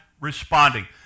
responding